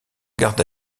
garde